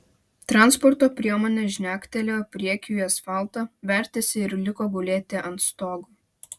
transporto priemonė žnektelėjo priekiu į asfaltą vertėsi ir liko gulėti ant stogo